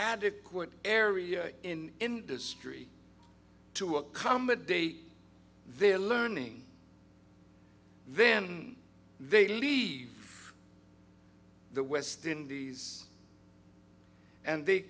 adequate area in industry to accommodate their learning then they leave the west indies and they